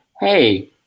hey